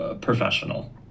Professional